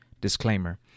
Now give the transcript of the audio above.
Disclaimer